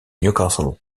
newcastle